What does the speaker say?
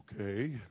okay